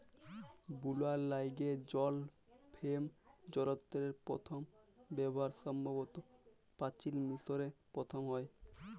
বুলার ল্যাইগে জল ফেম যলত্রের পথম ব্যাভার সম্ভবত পাচিল মিশরে পথম হ্যয়